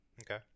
Okay